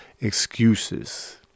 excuses